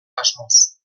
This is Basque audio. asmoz